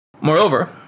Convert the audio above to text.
Moreover